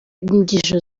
inyigisho